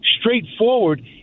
straightforward